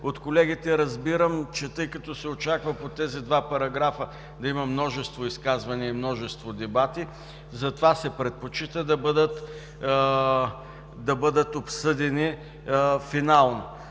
От колегите разбирам, че тъй като се очаква по тези два параграфа да има множество изказвания и множество дебати, затова се предпочита да бъдат обсъдени финално.